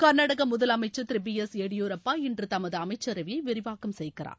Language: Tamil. கர்நாடகா முதலமச்சர் திரு பி எஸ் எடியூரப்பா இன்று தமது அமைச்சரவையை விவரிவாக்கம் செய்கிறார்